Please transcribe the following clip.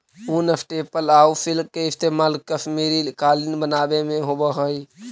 ऊन, स्टेपल आउ सिल्क के इस्तेमाल कश्मीरी कालीन बनावे में होवऽ हइ